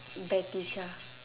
bateecha